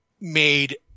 made